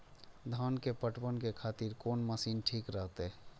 धान के पटवन के खातिर कोन मशीन ठीक रहते?